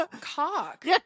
cock